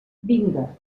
vinga